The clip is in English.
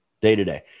day-to-day